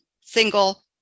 single